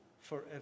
forever